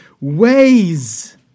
ways